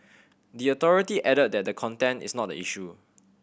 the authority added that the content is not the issue